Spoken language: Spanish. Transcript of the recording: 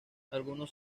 algunos